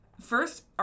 First